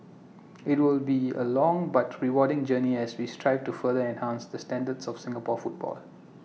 IT will be A long but rewarding journey as we strive to further enhance the standards of Singapore football